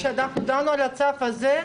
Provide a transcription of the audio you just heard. בפעם הקודמת שאנחנו דנו על הצו הזה,